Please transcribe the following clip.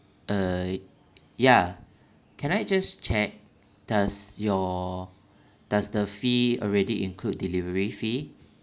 uh ya can I just check does your does the fee already include delivery fee